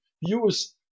use